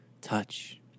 touch